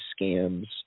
scams